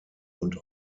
und